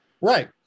Right